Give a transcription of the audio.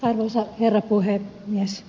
arvoisa herra puhemies